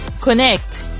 connect